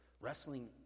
wrestling